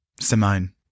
Simone